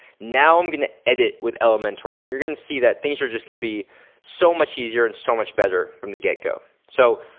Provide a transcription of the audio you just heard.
now i'm gonna edit with elementor and you're gonna see that things are just gonna be so much easier and so much better from the get go. so,